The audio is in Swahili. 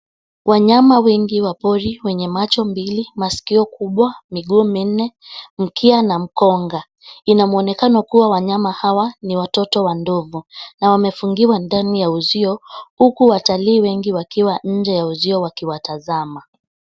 Wanyama wengi wa pori wenye macho mbili, masikio kubwa, miguu minne ,mkia na mkonga. Ina muonekano kuwa wanyama hawa ni watoto wa ndovu, na wamefungiwa ndani ya uzio huku watalii wengi wakiwa inje ya uzio wakiwatazama.